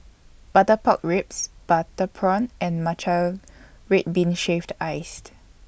Butter Pork Ribs Butter Prawn and Matcha Red Bean Shaved Iced